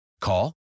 Call